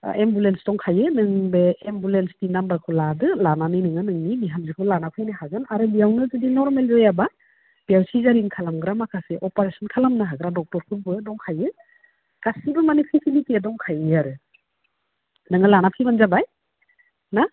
ambulance दंखायो नों बे एम्बुलेन्सनि नाम्बारखौ लादो लानानै नोङो नोंनि बिहामजोखो लाना फैनो हागोन आरो इयावनो जुदि नर्मेल जायाब्ला बेयाव सिजारेन खालामग्रा माखासे अपारेसन खालामग्रा ड'क्टरफोरबो थायो गासैबो माने फेसिलिटिया दंखायो आरो माने नोङो लाना फैब्लानो जाबाय ना